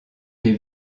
des